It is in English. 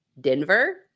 Denver